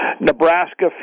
Nebraska